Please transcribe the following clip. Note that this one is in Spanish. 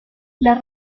las